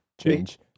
Change